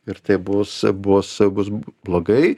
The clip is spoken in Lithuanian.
ir tai bus bus saugus blogai